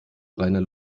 reiner